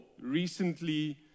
recently